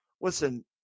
listen